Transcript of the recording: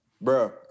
bro